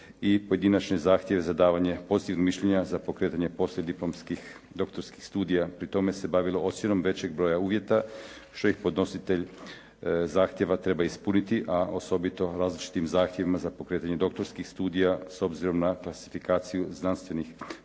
i pojedinačne zahtjeve za davanje pozitivnog mišljenja za pokretanje poslijediplomskih doktorskih studija. Pri tome se bavilo ocjenom većeg broja uvjeta što ih podnositelj zahtjeva treba ispuniti a osobito različitim zahtjevima za pokretanje doktorskih studija s obzirom na klasifikaciju znanstvenih polja